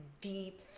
deep